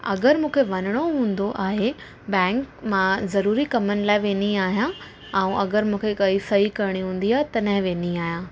अगरि मूंखे वञिणो हूंदो आहे बैंक मां ज़रूरी कमनि लाइ वेंदी आहियां ऐं अगरि मूंखे काई सही करिणी हूंदी आहे तॾहिं वेंदी आहियां